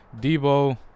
Debo